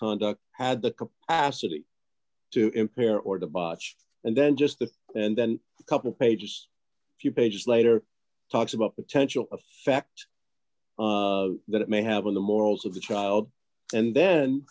conduct had the capacity to impair or the botch and then just the and then a couple pages a few pages later talks about potential effect that it may have on the morals of the child and then